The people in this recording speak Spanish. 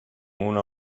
una